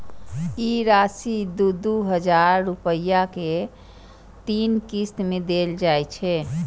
ई राशि दू दू हजार रुपया के तीन किस्त मे देल जाइ छै